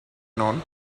known